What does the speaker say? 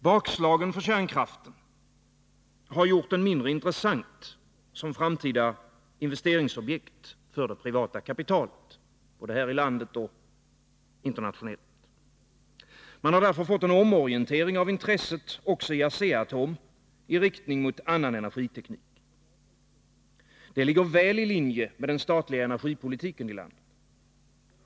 Bakslagen för kärnkraften har gjort den mindre intressant som framtida investeringsobjekt för det privata kapitalet, både här i landet och internationellt. Man har därför fått en omorientering av intresset också i Asea-Atom i riktning mot annan energiteknik. Det ligger väl i linje med den statliga energipolitiken i landet.